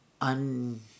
un